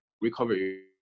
recovery